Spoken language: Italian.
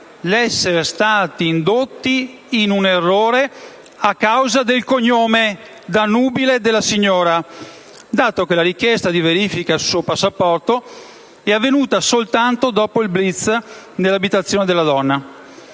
l'essere stati indotti in errore a causa del cognome da nubile della signora, dato che la richiesta di verifica sul passaporto è avvenuta soltanto dopo il *blitz* nell'abitazione della donna.